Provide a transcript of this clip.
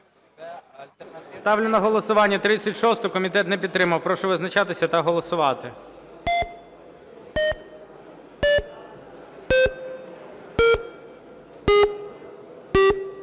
Ставлю на голосування 32-у. Комітет не підтримав. Прошу визначатися та голосувати.